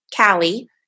Callie